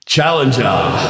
Challenger